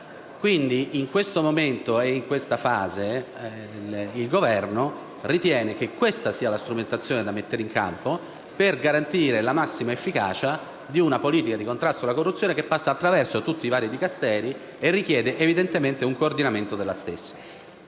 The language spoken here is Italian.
Quindi, in questo momento e in questa fase, il Governo ritiene che questa sia la strumentazione da mettere in campo per garantire la massima efficacia della politica di contrasto alla corruzione, che passi attraverso tutti i vari Dicasteri e che richiede evidentemente un coordinamento. Non sfuggo